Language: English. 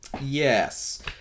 Yes